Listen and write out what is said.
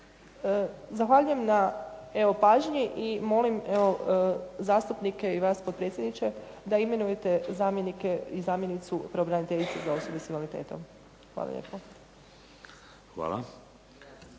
Zahvaljujem na evo pažnji i molim evo zastupnike i evo vas potpredsjedniče da imenujete zamjenike i zamjenicu pravobraniteljice za osobe s invaliditetom. Hvala lijepo.